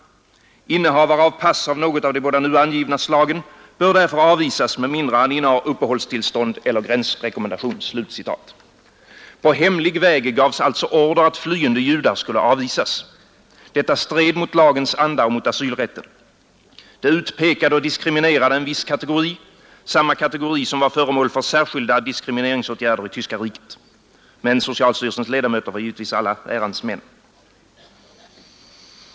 Innehavare av pass av något av de båda nu angivna slagen bör därför avvisas med mindre han innehar upphållstillstånd eller gränsrekommendation.” På hemlig väg gavs alltså order att flyende judar skulle avvisas. Detta stred mot lagens anda och mot asylrätten. Det utpekade och diskriminerade en viss kategori, samma kategori som var föremål för särskilda diskrimineringsåtgärder i Tyska riket. Men socialstyrelsens ledamöter var givetvis alla ärans män.